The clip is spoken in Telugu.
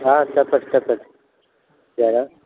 చెప్పండి చెప్పండి ఎక్కడ